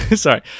sorry